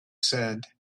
said